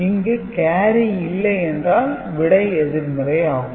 இங்கு கேரி இல்லை என்றால் விடை எதிர்மறை ஆகும்